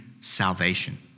salvation